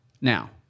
Now